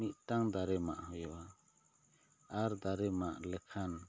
ᱢᱤᱫᱴᱟᱝ ᱫᱟᱨᱮ ᱢᱟᱜ ᱦᱩᱭᱩᱜᱼᱟ ᱟᱨ ᱫᱟᱨᱮ ᱢᱟᱜ ᱞᱮᱠᱷᱟᱱ